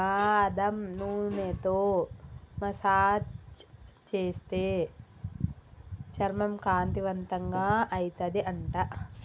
బాదం నూనెతో మసాజ్ చేస్తే చర్మం కాంతివంతంగా అయితది అంట